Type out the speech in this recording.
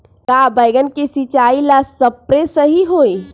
का बैगन के सिचाई ला सप्रे सही होई?